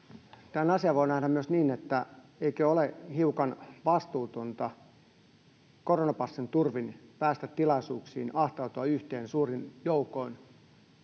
tämän asian voi nähdä myös niin, että eikö ole hiukan vastuutonta koronapassin turvin päästä tilaisuuksiin, ahtautua yhteen suurin joukoin,